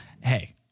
Hey